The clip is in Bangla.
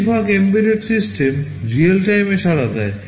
বেশিরভাগ এম্বেডেড সিস্টেম রিয়েল টাইমে সাড়া দেয়